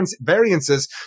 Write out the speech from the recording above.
variances